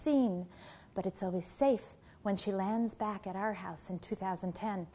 seen but it's always safe when she lands back at our house in two thousand